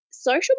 Social